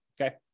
okay